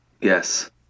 Yes